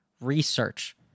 research